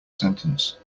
sentence